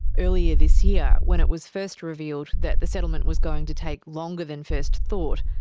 earlier this year when it was first revealed that the settlement was going to take longer than first thought,